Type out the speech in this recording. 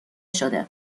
شده